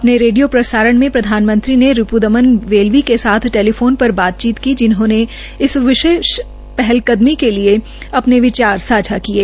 अपने रेडियो प्रसारण में प्रधानमंत्री ने रिपू दमन वेलवी के साथ टेलीफोन पर बातचीत की जिन्होंने इस विशेष पहलकदमी के लिए अपने विचार सांझे किये